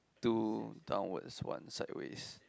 two downwards one sideways